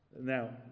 Now